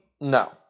No